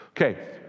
Okay